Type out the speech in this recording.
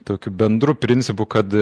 tokiu bendru principu kad